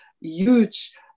huge